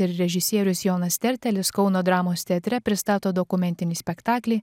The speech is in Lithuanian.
ir režisierius jonas tertelis kauno dramos teatre pristato dokumentinį spektaklį